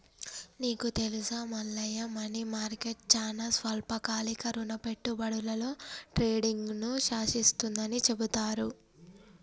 నీకు తెలుసా Mallayya money market చానా స్వల్పకాలిక రుణ పెట్టుబడులలో ట్రేడింగ్ను శాసిస్తుందని చెబుతారు